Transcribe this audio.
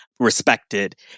Respected